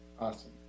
Awesome